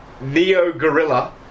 Neo-Gorilla